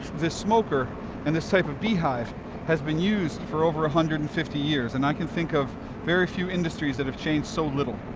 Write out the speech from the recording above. this smoker and this type of beehive has been used for over one hundred and fifty years, and i can think of very few industries that have changed so little.